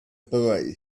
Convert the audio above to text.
boy